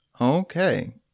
Okay